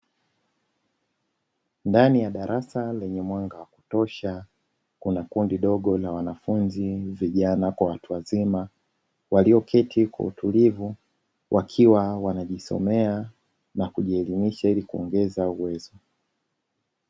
Ndani ya darasa lenye mwanga wa kutosha kuna kundi dogo la wanafunzi vijana kwa watu wazima, walioketi kwa utulivu wakiwa wanajisomea na kujielimisha ili kuongeza uwezo.